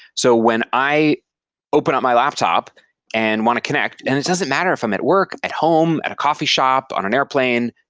so when i opened up my laptop and want to connect, and it doesn't matter if i'm at work, at home, at a coffee shop, on an airplane,